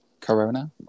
Corona